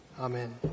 Amen